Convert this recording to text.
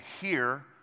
hear